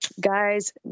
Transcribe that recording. guys